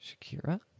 Shakira